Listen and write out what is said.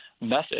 method